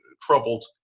troubled